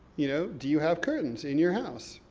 you know, do you have curtains in your house?